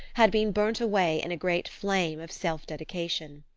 had been burnt away in a great flame of self-dedication.